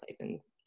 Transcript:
Siphons